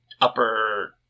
upper